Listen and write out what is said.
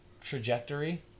trajectory